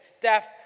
deaf